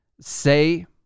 say